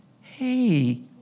Hey